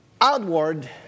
outward